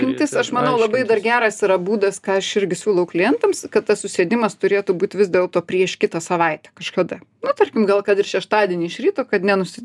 mintis aš manau labai dar geras yra būdas ką aš irgi siūlau klientams kad tas susėdimas turėtų būt vis dėlto prieš kitą savaitę kažkada na tarkim gal kad ir šeštadienį iš ryto kad nenusi